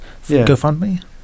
GoFundMe